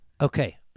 Okay